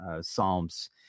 Psalms